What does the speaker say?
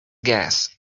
gas